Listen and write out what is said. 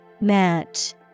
Match